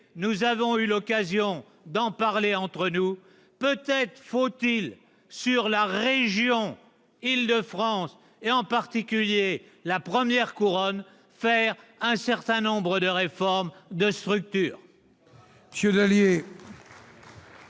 Nous avons déjà eu l'occasion d'en parler entre nous : peut-être faut-il, concernant la région d'Île-de-France, en particulier la première couronne, engager un certain nombre de réformes de structure.